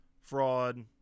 fraud